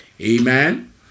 Amen